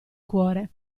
cuore